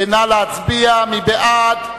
נא להצביע, מי בעד?